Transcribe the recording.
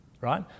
right